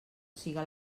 siga